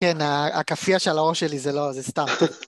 כן, הכאפייה שעל הראש שלי זה לא, זה סתם...